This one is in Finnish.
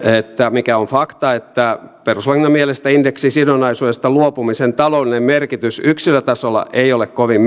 mikä on fakta että sen mielestä indeksisidonnaisuudesta luopumisen taloudellinen merkitys yksilötasolla ei ole kovin